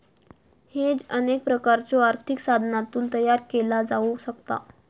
hedge अनेक प्रकारच्यो आर्थिक साधनांतून तयार केला जाऊ शकता